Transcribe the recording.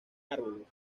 árboles